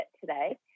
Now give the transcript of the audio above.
today